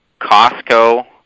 Costco